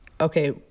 okay